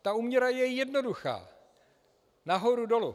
Ta úměra je jednoduchá nahoru, dolů.